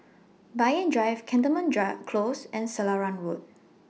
Banyan Drive Cantonment Close and Selarang Road